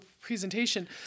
presentation